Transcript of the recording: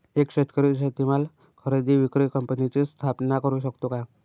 एक शेतकरी शेतीमाल खरेदी विक्री कंपनीची स्थापना करु शकतो का?